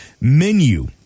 menu